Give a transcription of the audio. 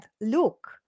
look